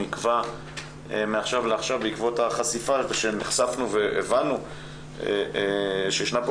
הוא נקבע מעכשיו לעכשיו בעקבות זה שנחשפנו והבנו שישנה פה